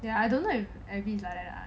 ya I don't know if abby is like that lah